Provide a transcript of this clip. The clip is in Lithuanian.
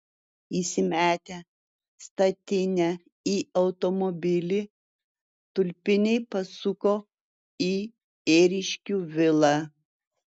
įsimetę statinę į automobilį tulpiniai pasuko į ėriškių vilą